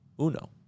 uno